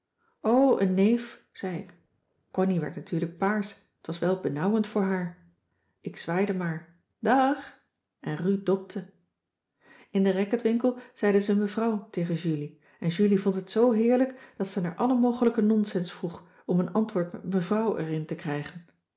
een neef zei ik connie werd natuurlijk paars t was wel benauwend voor haar ik zwaaide maar dààg en ru dopte in den racketwinkel zeiden ze mevrouw tegen julie en julie vond het zoo heerlijk dat ze naar alle mogelijke nonsens vroeg om een antwoord met mevrouw erin te krijgen